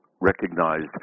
recognized